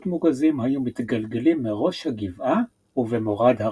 מוגזים היו מתגלגלים מראש הגבעה ובמורד הרחוב.